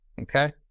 Okay